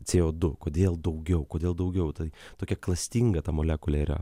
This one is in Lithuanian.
c o du kodėl daugiau kodėl daugiau tai tokia klastinga ta molekulė yra